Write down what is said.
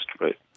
right